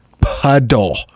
puddle